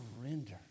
surrender